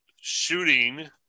shooting